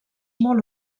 molt